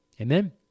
Amen